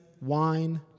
wine